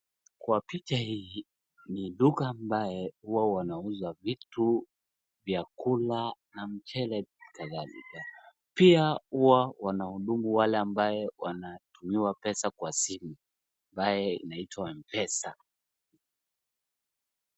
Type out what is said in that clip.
Kwa picha hii, ni duka ambaye huwa wanauza vitu, vyakula na mchele na kadhalika. Pia huwa wanahudumu wale ambaye wanatumiwa pesa kwa simu, ambaye inaitwa Mpesa.